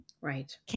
Right